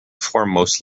foremost